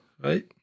right